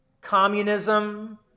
communism